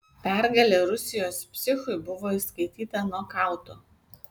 pergalė rusijos psichui buvo įskaityta nokautu